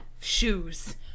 shoes